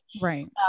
right